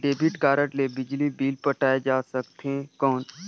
Debit card ले बिजली bill पटाय जा सकथे कौन?